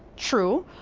true,